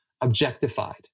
objectified